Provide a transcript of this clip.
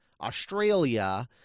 Australia